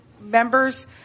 members